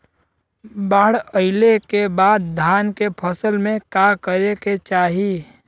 बाढ़ आइले के बाद धान के फसल में का करे के चाही?